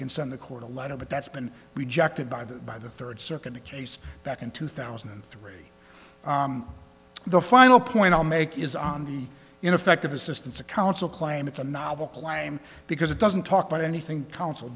can send the court a letter but that's been rejected by the by the third circuit a case back in two thousand and three the final point i'll make is on the ineffective assistance of counsel claim it's a novel climb because it doesn't talk about anything counsel